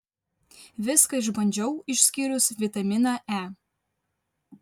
viską išbandžiau išskyrus vitaminą e